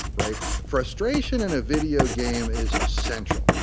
right? frustration in a video game is essential.